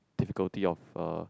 difficulty of a